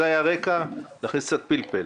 זה היה הרקע, להכניס קצת פלפל.